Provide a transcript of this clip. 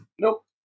Nope